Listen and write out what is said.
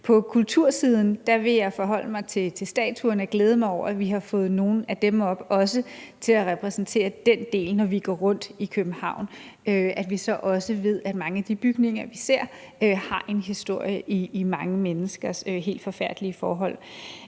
På kultursiden vil jeg forholde mig til statuerne og glæde mig over, at vi har fået nogle af dem op til også at repræsentere den del, så vi, når vi går rundt i København, også ved, at mange af de bygninger, vi ser, har en historie i mange menneskers helt forfærdelige forhold.